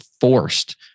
forced